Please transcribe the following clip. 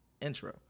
intro